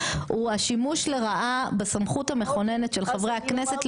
הוא השימוש לרעה בסמכות המכוננת של חברי הכנסת,